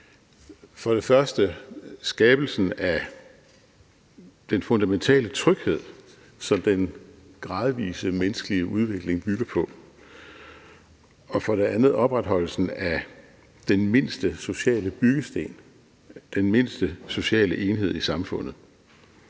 for det første – skabelsen af den fundamentale tryghed, som den gradvise menneskelige udvikling bygger på og – for det andet – opretholdelsen af den mindste sociale byggesten, den mindste sociale enhed i samfundet?